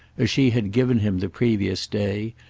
as she had given him the previous day,